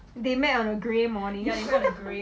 they met on a grey morning